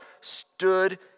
stood